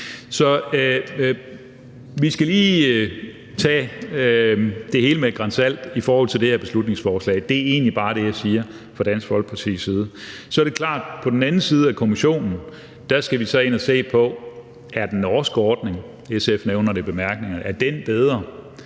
vi skal lige tage det hele med et gran salt i forhold til det her beslutningsforslag. Det er egentlig bare det, jeg siger fra Dansk Folkepartis side. Så er det klart, at på den anden side af kommissionen skal vi ind at se på, om den norske ordning,